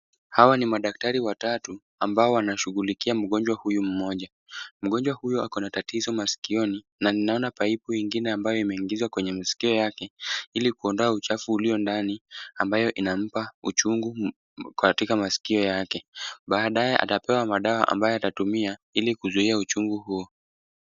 Hawa ni madaktari watatu ambao wanashughulikia mgonjwa huyu mmoja. Mgonjwa huyu akona tatizo masikioni na ninaona paipu ingine ambayo imeingizwa kwenye masikio yake ili kuondoa uchafu ulio ndani ambayo inampa uchungu katika masikio yake. Baadaye atapewa madawa ambayo atatumia ili kuzuia uchungu huo.